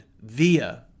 via